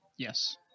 Yes